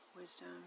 wisdom